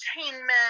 entertainment